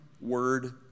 word